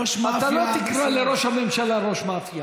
ראש מאפיה.